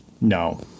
No